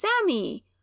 Sammy